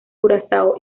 curazao